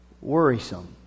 Worrisome